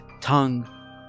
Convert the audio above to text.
tongue